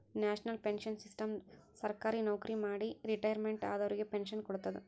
national pension system ಸರ್ಕಾರಿ ನವಕ್ರಿ ಮಾಡಿ ರಿಟೈರ್ಮೆಂಟ್ ಆದವರಿಗ್ ಪೆನ್ಶನ್ ಕೊಡ್ತದ್